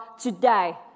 today